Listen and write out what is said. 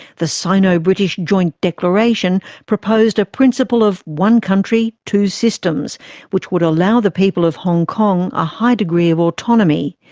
the sino-british joint declaration proposed a principle of one country, two systems' which would allow the people of hong kong a high degree of autonomy,